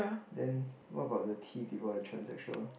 then what about the T people who are transsexual